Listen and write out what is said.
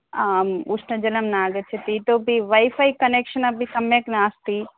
आम् उष्णजलं न आगच्छति इतोपि वैफ़ै कनेक्षन् अपि सम्यक् नास्ति